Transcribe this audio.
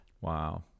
Wow